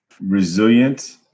resilient